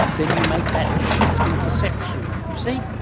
then you make that shift in perception, you see?